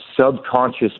subconscious